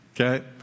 okay